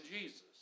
Jesus